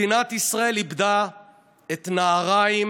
מדינת ישראל איבדה את נהריים